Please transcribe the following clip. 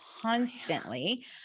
constantly